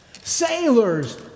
Sailors